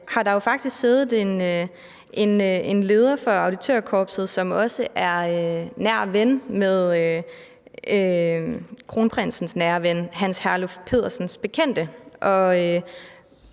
har der jo faktisk siddet en leder for auditørkorpset, som også er en nær ven med kronprinsens nære ven, Hans Herluf Pedersens bekendte.